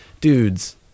dudes